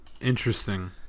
Interesting